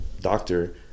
doctor